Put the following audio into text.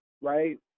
right